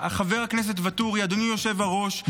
חבר הכנסת ואטורי, אדוני היושב-ראש,